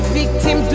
victim